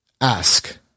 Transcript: Ask